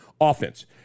Offense